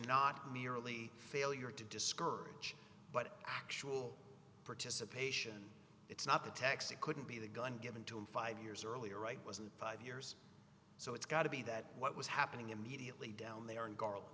not merely failure to discourage but actual participation it's not a tax it couldn't be the gun given to him five years earlier right wasn't five years so it's got to be that what was happening immediately down there and garland